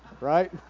right